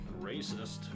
Racist